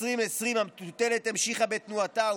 ב-2020 המטוטלת המשיכה בתנועתה,